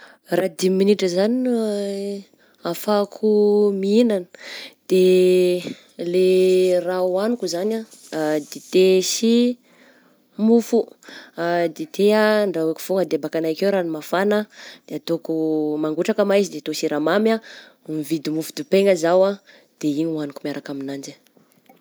Raha dimy minitra izany no ahafahako mihignana de le raha hohagniko zany ah, dite sy mofo, dite handrahoako fô, adebakanay akeo ragno mafana de ataoko mangotraka ma izy de atao siramamy ah, mividy mofo dipaigna zao de igny hohagniko miaraka aminanjy eh.